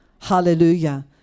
Hallelujah